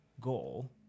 goal